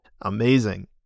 amazing